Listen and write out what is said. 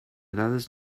dades